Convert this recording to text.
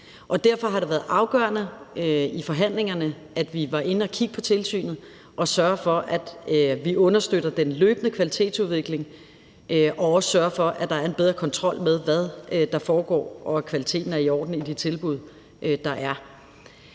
Derfor har det været afgørende i forhandlingerne, at vi var inde og kigge på tilsynet, så vi sørger for, at vi understøtter den løbende kvalitetsudvikling, og også sørger for, at der er en bedre kontrol med, hvad der foregår, og med, at kvaliteten er i orden i de tilbud, der er.